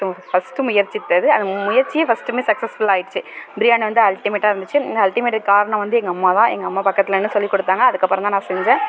so first முயற்சித்தது அது முயற்சியே ஃபர்ஸ்டுமே சக்ஸஸ்ஃபுல்லாக ஆயிடிச்சு பிரியாணி வந்து அல்டிமேட்டாக இருந்துச்சு இந்த அல்டிமேட்டுக்கு காரணம் வந்து எங்கள் அம்மா தான் எங்கள் அம்மா பக்கத்தில் நின்று சொல்லிக்கொடுத்தாங்க அதுக்கு அப்புறம் தான் நான் செஞ்சேன்